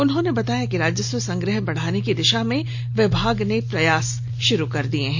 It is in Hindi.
उन्होंने बताया कि राजस्व संग्रह बढाने की दिशा में विभाग ने प्रयास शुरू कर दिए हैं